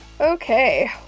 Okay